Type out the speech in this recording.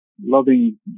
loving